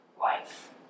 life